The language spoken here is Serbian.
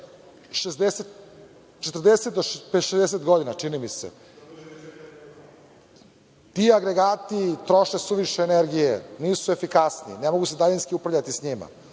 40 do 60 godina, čini mi se. Ti agregati troše suviše energije, nisu efikasni, ne može se daljinski upravljati sa njima.